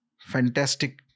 fantastic